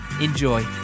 Enjoy